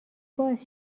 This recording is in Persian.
باعث